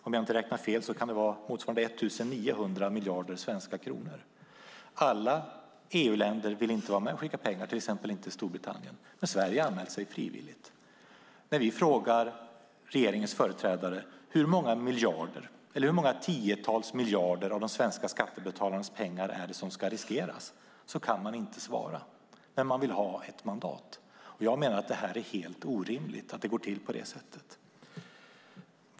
Om jag inte räknar fel kan det motsvara 1 900 miljarder svenska kronor. Det är inte alla EU-länder som vill vara med och skicka pengar, inte Storbritannien till exempel, men Sverige har anmält sig frivilligt. När vi frågar regeringens företrädare hur många tiotals miljarder av de svenska skattebetalarnas pengar som ska riskeras kan de inte svara, men man vill ändå ha ett mandat. Jag menar att det är helt orimligt att det går till på det sättet.